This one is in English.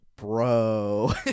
Bro